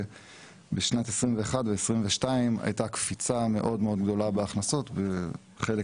ובשנת 2021 ו-2022 הייתה קפיצה מאוד-מאוד גדולה בהכנסות כחלק